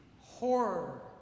horror